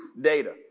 data